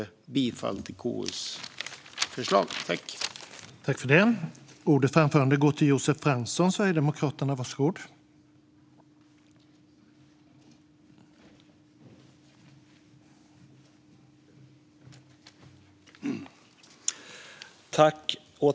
Jag yrkar bifall till utskottets förslag i betänkandet.